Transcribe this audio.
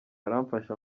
aramfasha